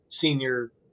senior